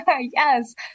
Yes